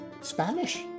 Spanish